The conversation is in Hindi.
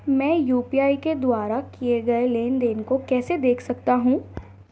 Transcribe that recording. मैं यू.पी.आई के द्वारा किए गए लेनदेन को कैसे देख सकता हूं?